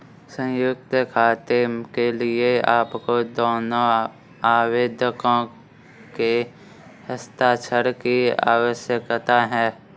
संयुक्त खाते के लिए आपको दोनों आवेदकों के हस्ताक्षर की आवश्यकता है